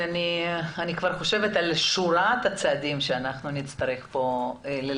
אני כבר חושבת על שורת הצעדים שאנחנו נצטרך לעשות פה.